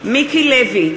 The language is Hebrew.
מיקי לוי,